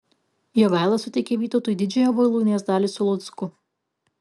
jogaila suteikė vytautui didžiąją voluinės dalį su lucku